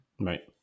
Right